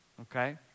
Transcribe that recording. okay